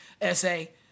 Essay